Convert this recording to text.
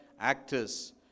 actors